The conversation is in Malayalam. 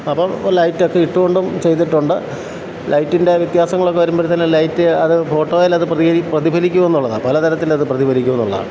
അപ്പം ലൈറ്റ് ഒക്കെ ഇട്ടുകൊണ്ടും ചെയ്തിട്ടുണ്ട് ലൈറ്റിൻ്റെ വ്യത്യാസങ്ങളൊക്കെ വരുമ്പോഴത്തേന് ലൈറ്റ് അത് ഫോട്ടോയിൽ അത് പ്രതികരി പ്രതിഫലിക്കുമെന്നുള്ളതാ പലതരത്തിൽ അത് പ്രതിഫലിക്കുമെന്നുള്ളതാ